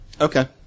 Okay